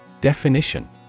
Definition